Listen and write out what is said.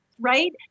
right